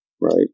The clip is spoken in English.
right